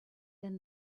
than